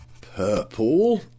Purple